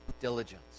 diligence